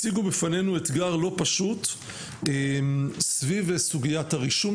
הציגו בפנינו אתגר לא פשוט סביב סוגיית הרישום,